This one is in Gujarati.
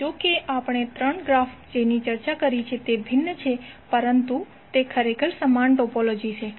તો જો કે આપણે ત્રણ ગ્રાફ જેની ચર્ચા કરી છે તે ભિન્ન છે પરંતુ તે ખરેખર સમાન ટોપોલોજી છે